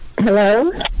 Hello